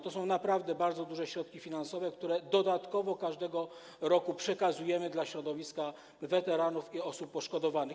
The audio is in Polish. To są naprawdę bardzo duże środki finansowe, które dodatkowo każdego roku przekazujemy dla środowiska weteranów i osób poszkodowanych.